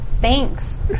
thanks